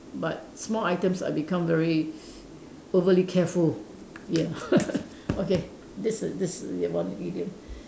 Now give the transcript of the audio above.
but small items I become very overly carefully ya okay this is this is one idiom